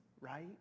right